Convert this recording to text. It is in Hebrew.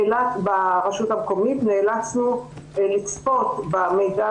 ברשויות המקומית נאלצנו לצפות במידע